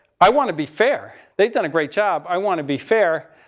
i want to be fair. they've done a great job. i want to be fair,